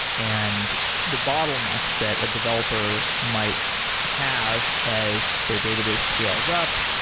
and the bottlenecks that a developer might have as their database scales up.